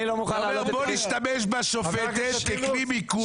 בוא נשתמש בשופטת ככלי מיקוח.